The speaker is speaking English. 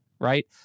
Right